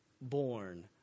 born